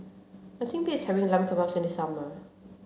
nothing beats having Lamb Kebabs in the summer